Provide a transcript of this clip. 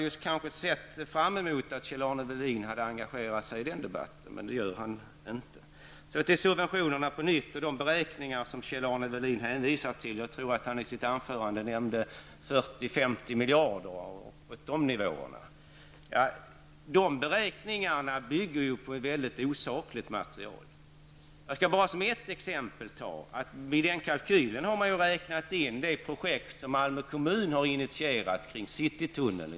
Jag hade sett fram emot att Kjell-Arne Welin hade engagerat sig i den debatten. Men det har han inte gjort. Vidare har vi subventionerna och de beräkningar som Kjell-Arne Welin hänvisade till. Jag tror att han i sitt anförande nämnde 40--50 miljarder. De beräkningarna bygger på osakligt material. Ett exempel är att i den kalkylen har man räknat in de projekt som Malmö kommun har initierat kring citytunneln.